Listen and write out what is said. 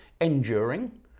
Enduring